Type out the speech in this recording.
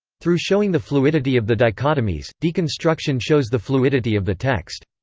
through showing the fluidity of the dichotomies, deconstruction shows the fluidity of the text.